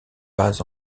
pas